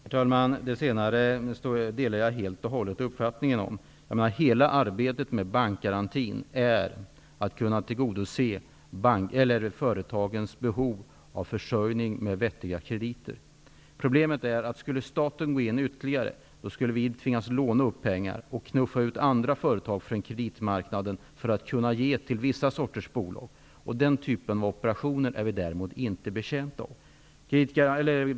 Herr talman! Den uppfattningen delar jag helt och hållet. Hela arbetet med bankgarantin syftar till att tillgodose företagens försörjning av vettiga krediter. Skulle staten gå in ytterligare, skulle vi tvingas låna upp pengar och knuffa ut andra företag från kreditmarknaden för att kunna ge till vissa sorters bolag. Det är det som är problemet. Den typen av operationer är vi inte betjänta av.